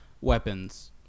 weapons